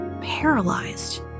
paralyzed